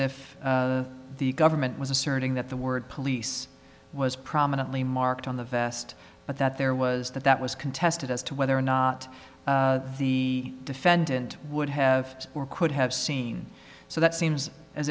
if the government was asserting that the word police was prominently marked on the vest but that there was that that was contested as to whether or not the defendant would have or could have seen so that seems as